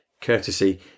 courtesy